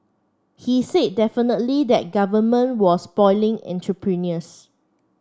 he said definitively that Government was spoiling entrepreneurs